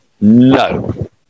no